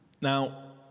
Now